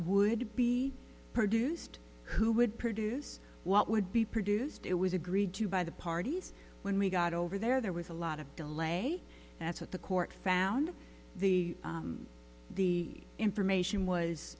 would be produced who would produce what would be produced it was agreed to by the parties when we got over there there was a lot of delay that's what the court found the the information was